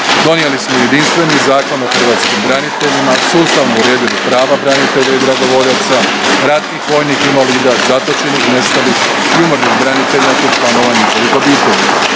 Donijeli smo jedinstveni zakon o hrvatskim braniteljima kojim smo sustavno uredili status i prava branitelja i dragovoljaca, ratnih vojnih invalida, zatočenih, nestalih i umrlih branitelja te članova njihovih obitelji.